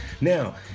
Now